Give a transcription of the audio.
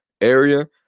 area